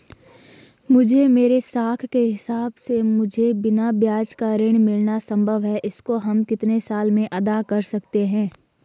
मुझे मेरे साख के हिसाब से मुझे बिना ब्याज का ऋण मिलना संभव है इसको हम कितने साल में अदा कर सकते हैं?